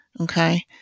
okay